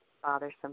bothersome